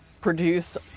produce